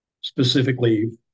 specifically